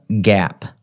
gap